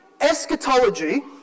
eschatology